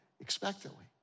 expectantly